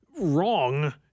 wrong